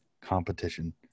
competition